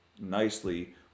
nicely